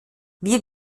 wir